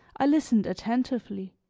i listened attentively.